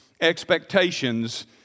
expectations